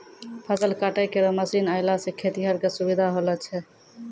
फसल काटै केरो मसीन आएला सें खेतिहर क सुबिधा होलो छै